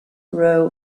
row